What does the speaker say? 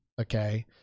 Okay